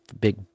big